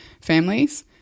families